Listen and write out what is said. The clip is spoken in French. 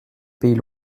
pays